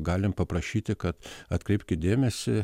galim paprašyti kad atkreipkit dėmesį